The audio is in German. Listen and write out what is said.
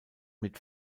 mit